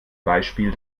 beispiel